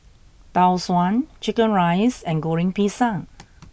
Tau Suan Chicken Rice and Goreng Pisang